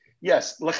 yes